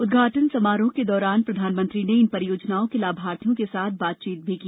उद्घाटन समारोह के दौरान प्रधानमंत्री ने इन परियोजनाओं के लाभार्थियों के साथ बातचीत भी की